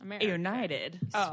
United